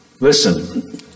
Listen